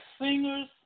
singers